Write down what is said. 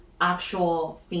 actual